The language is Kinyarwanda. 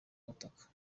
ubutaka